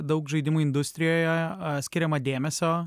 daug žaidimų industrijoje skiriama dėmesio